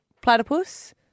platypus